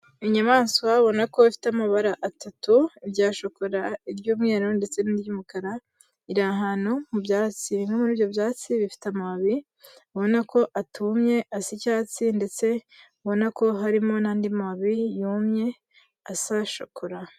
Inyamaswa babona ko ifite amabara atatu, irya shokora, iry'umweru ndetse n'iry'umukara, iri ahantu mu byatsi. Bimwe muri ibyo byatsi bifite amababi ubona ko atumye, asa icyatsi ndetse ubona ko harimo n'andi mababi yumye asa shokora.